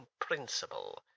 principle